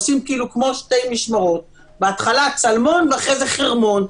אנחנו עושים כאילו כמו שתי משמרות בהתחלה צלמון ואחרי זה חרמון,